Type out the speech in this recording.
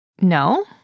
No